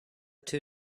two